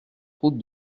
route